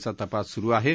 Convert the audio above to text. चा तपास सुरु आहा